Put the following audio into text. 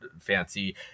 fancy